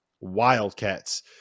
Wildcats